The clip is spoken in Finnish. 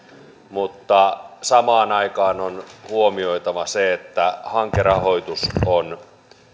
mutta samaan aikaan on huomioitava se että hankerahoitus on